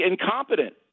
incompetent